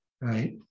right